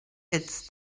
its